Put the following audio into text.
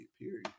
period